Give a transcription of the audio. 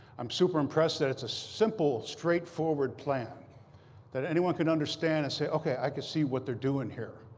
i'm super impressed that it's a simple, straightforward plan that anyone can understand and say, ok, i can see what they're doing here.